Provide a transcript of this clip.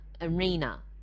Arena